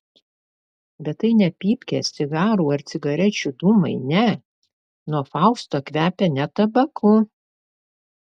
bet tai ne pypkės cigarų ar cigarečių dūmai ne nuo fausto kvepia ne tabaku